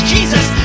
Jesus